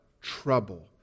Trouble